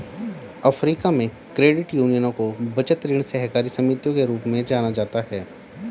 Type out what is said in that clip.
Africa में, credit यूनियनों को बचत, ऋण सहकारी समितियों के रूप में जाना जाता है